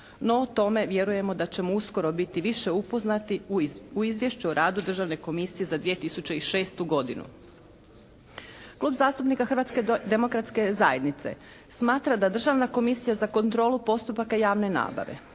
No o tome vjerujemo da ćemo uskoro biti više upoznati u Izvješću o radu Državne komisije za 2006. godinu. Klub zastupnika Hrvatske demokratske zajednice smatra da Državna komisija za kontrolu postupaka javne nabave,